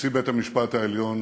נשיא בית-המשפט העליון